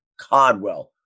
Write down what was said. Codwell